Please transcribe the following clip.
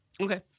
Okay